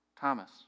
Thomas